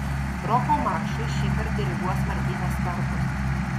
roko maršui šįkart diriguos martynas starkus